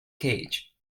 cage